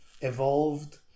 evolved